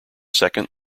second